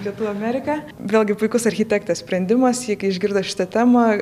pietų ameriką vėlgi puikus architektės sprendimas ji kai išgirdo šitą temą